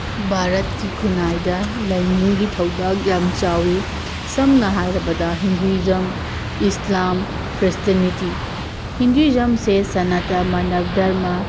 ꯚꯥꯔꯠꯀꯤ ꯈꯨꯅꯥꯏꯗ ꯂꯥꯏꯅꯤꯡꯒꯤ ꯊꯧꯗꯥꯡ ꯌꯥꯝꯅ ꯆꯥꯎꯏ ꯁꯝꯅ ꯍꯥꯏꯔꯕꯗ ꯍꯤꯟꯗꯨꯏꯁꯝ ꯏꯁꯂꯥꯝ ꯈ꯭ꯔꯤꯁꯇꯦꯅꯤꯇꯤ ꯍꯤꯟꯗꯨꯏꯁꯝꯁꯦ ꯆꯅꯇ ꯃꯥꯅꯕ ꯙꯔꯃ